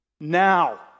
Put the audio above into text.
Now